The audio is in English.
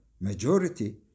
Majority